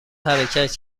حرکت